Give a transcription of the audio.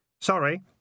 Sorry